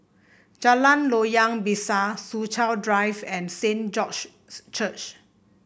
Jalan Loyang Besar Soo Chow Drive and Saint George's Church